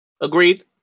agreed